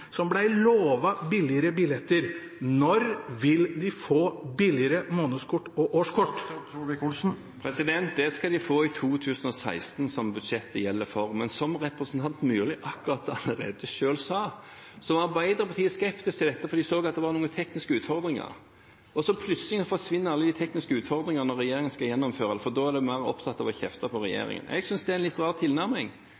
som ble lovet billigere billetter. Når vil de få billigere månedskort og årskort? Det skal de få i 2016, som budsjettet gjelder for. Men som representanten Myrli akkurat selv sa, var Arbeiderpartiet skeptiske til dette fordi de så at det var noen tekniske utfordringer. Så forsvinner plutselig alle de tekniske utfordringene når regjeringen skal gjennomføre alt, for da er en mer opptatt av å kjefte på